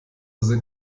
sind